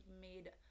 made